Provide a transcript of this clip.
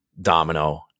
domino